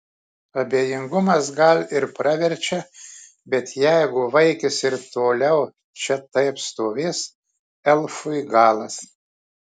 abejingumas gal ir praverčia bet jeigu vaikis ir toliau čia taip stovės elfui galas